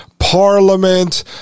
parliament